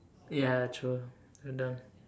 ya ya true done